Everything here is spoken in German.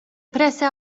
presse